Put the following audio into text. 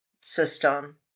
system